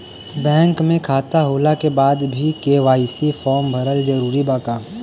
Bank में खाता होला के बाद भी के.वाइ.सी फार्म भरल जरूरी बा का?